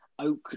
Oak